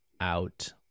out